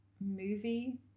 movie